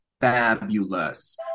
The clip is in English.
fabulous